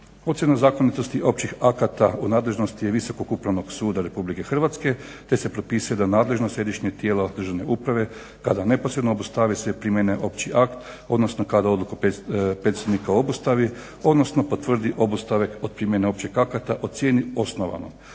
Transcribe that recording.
Ocjenu zakonitosti općih akata u nadležnosti je Visokog upravnog suda RH te se propisuje je da nadležnost središnjih tijela državne uprave kada neposredno obustavi sve primjene opći akt, odnosno kada odluka predstojnika obustavi odnosno potvrdi obustave od primjene općih akata ocijeni osnovanom.